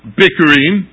bickering